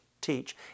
teach